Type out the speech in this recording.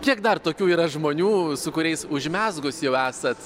kiek dar tokių yra žmonių su kuriais užmezgus jau esat